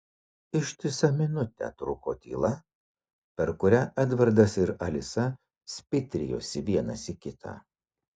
ištisą minutę truko tyla per kurią edvardas ir alisa spitrijosi vienas į kitą